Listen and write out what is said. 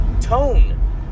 Tone